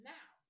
Now